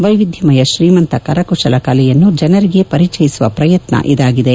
ವ್ಯೆವಿಧ್ಯಮಯ ಶ್ರೀಮಂತ ಕರಕುಶಲ ಕಲೆಯನ್ನು ಜನರಿಗೆ ಪರಿಚಯಿಸುವ ಪ್ರಯತ್ನ ಇದಾಗಿದೆ